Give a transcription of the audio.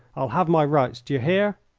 i'll have my rights, d'ye hear?